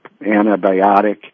antibiotic